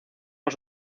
por